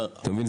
אתה מבין?